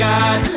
God